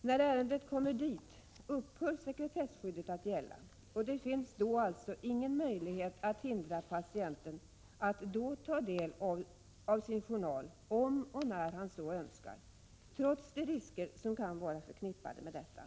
När ärendet kommer dit upphör sekretesskyddet att gälla, och det finns då alltså ingen möjlighet att hindra patienten från att ta del av sin journal om och när han så önskar, trots de risker som kan vara förknippade med detta.